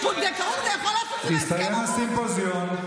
ואינני נזקקת,